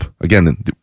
again